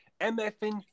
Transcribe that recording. MFN